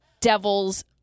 Devils